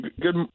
good